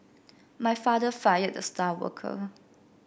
my father fired the star worker